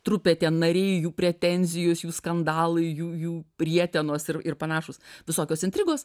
trupė tie nariai jų pretenzijos jų skandalai jų jų rietenos ir ir panašūs visokios intrigos